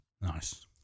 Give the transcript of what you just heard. nice